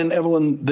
and evelyn,